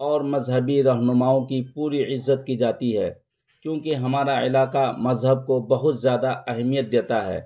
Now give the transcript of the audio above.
اور مذہبی رہنماؤں کی پوری عزت کی جاتی ہے کیونکہ ہمارا علاقہ مذہب کو بہت زیادہ اہمیت دیتا ہے